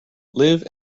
live